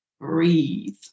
breathe